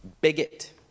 bigot